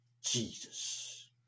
Jesus